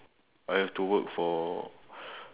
I have to work for